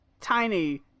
Tiny